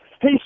Hey